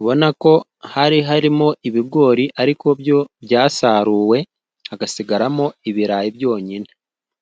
ubona ko hari harimo ibigori ariko byo byasaruwe hagasigaramo ibirayi byonyine.